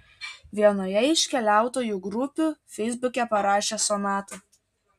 vienoje iš keliautojų grupių feisbuke parašė sonata